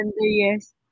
yes